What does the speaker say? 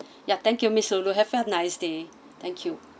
ya thank your miss lulu have a nice day thank you